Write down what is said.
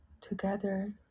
together